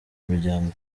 umuryango